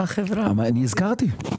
אני הזכרתי,